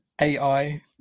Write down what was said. AI